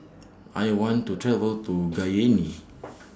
I want to travel to Cayenne